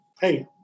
Hey